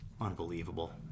Unbelievable